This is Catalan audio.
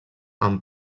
amb